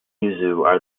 are